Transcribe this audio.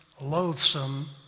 loathsome